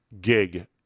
gig